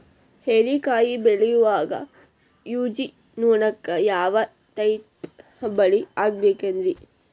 ಹೇರಿಕಾಯಿ ಬೆಳಿಯಾಗ ಊಜಿ ನೋಣಕ್ಕ ಯಾವ ಟೈಪ್ ಬಲಿ ಹಾಕಬೇಕ್ರಿ?